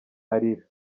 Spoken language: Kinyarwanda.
arira